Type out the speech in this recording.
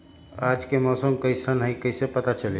आज के मौसम कईसन हैं कईसे पता चली?